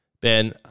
Ben